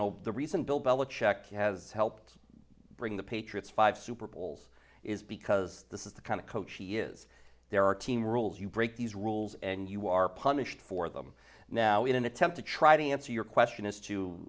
know the recent bill bell a check has helped bring the patriots five super bowls is because this is the kind of coach he is there are team rules you break these rules and you are punished for them now in an attempt to try to answer your question as to